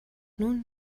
nun